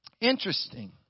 Interesting